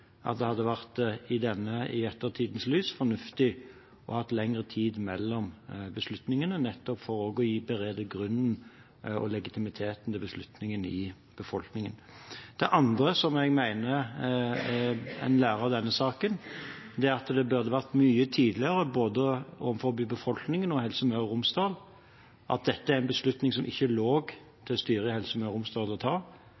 at det – i ettertidens lys – hadde vært fornuftig å ha lengre tid mellom beslutningene, nettopp for å berede grunnen og legitimiteten til beslutningen i befolkningen. Det andre som jeg mener en lærer av denne saken, er at det burde vært mye tydeligere, både overfor befolkningen og Helse Møre og Romsdal, at dette var en beslutning som ikke lå til styret i Helse Møre og Romsdal å ta,